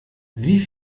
wie